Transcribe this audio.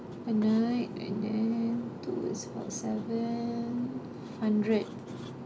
per night and then two days for seven hundred